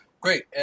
Great